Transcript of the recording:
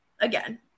again